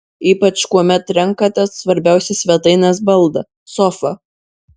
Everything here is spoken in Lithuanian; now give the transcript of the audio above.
ypač kuomet renkatės svarbiausią svetainės baldą sofą